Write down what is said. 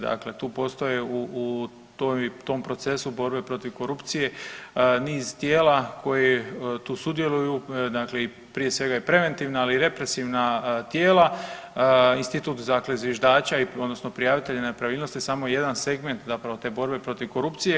Dakle, tu postoje u tom procesu borbe protiv korupcije niz tijela koje tu sudjeluju prije svega i preventivna, ali i represivna tijela, institut dakle zviždača odnosno prijavitelja nepravilnosti samo je jedan segment zapravo te borbe protiv korupcije.